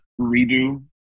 redo